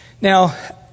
Now